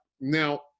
Now